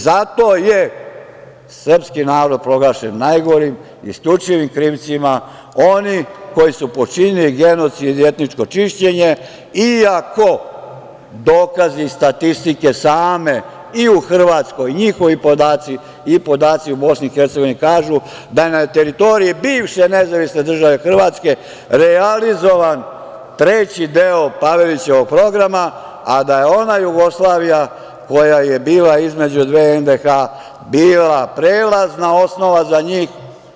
Zato je srpski narod proglašen najgorim, isključivim krivcem, oni koji su počinili genocid i etničko čišćenje, iako dokazi statistike same i u Hrvatskoj – njihovi podaci i podaci u Bosni i Hercegovini kažu da je na teritoriji bivše Nezavisne države Hrvatske realizovan treći deo Pavelićevog programa, a da je ona Jugoslavija koja je bila između dve NDH bila prelazna osnova za njih.